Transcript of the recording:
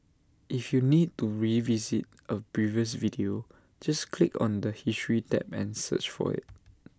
if you need to revisit A previous video just click on the history tab and search for IT